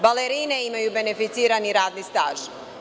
Balerine imaju beneficirani radni staž.